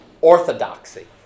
orthodoxy